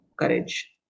courage